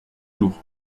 jours